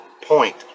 point